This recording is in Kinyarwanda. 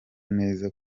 neza